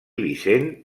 vicent